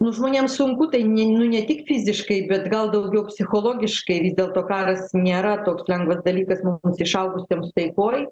nu žmonėm sunku tai ne nu ne tik fiziškai bet gal daugiau psichologiškai vis dėlto karas nėra toks lengvas dalykas mums išaugusiems taikoj